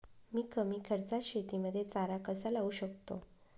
मी कमी खर्चात शेतीमध्ये चारा कसा लावू शकतो?